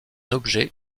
objet